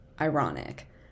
ironic